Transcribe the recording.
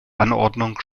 anordnung